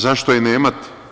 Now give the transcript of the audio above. Zašto je nemate?